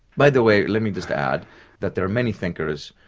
by the way, let me just add that there are many thinkers,